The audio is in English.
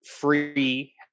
free